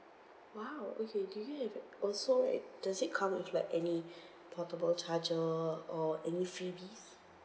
!wow! okay do you have a also right does it come with like any portable charger or any freebies